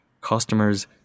customers